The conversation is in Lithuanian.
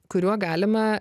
kuriuo galima